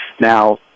now